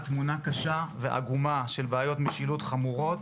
תמונה קשה ועגומה של בעיות משילות חמורות,